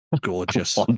gorgeous